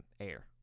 air